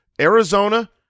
Arizona